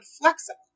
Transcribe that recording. flexible